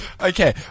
Okay